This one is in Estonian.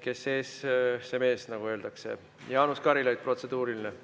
Kes ees, see mees, nagu öeldakse. Jaanus Karilaid, protseduuriline!